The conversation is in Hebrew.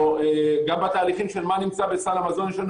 או גם בתהליכים של מה נמצא בסל המזון יש לנו